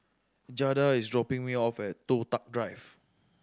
Jada is dropping me off at Toh Tuck Drive